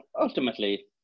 ultimately